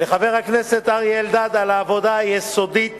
לחבר הכנסת אלדד על העבודה היסודית